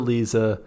Lisa